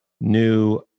new